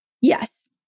Yes